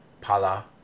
Pala